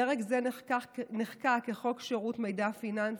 פרק זה נחקק כחוק שירות מידע פיננסי,